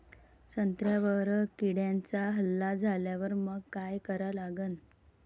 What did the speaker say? संत्र्यावर किड्यांचा हल्ला झाल्यावर मंग काय करा लागन?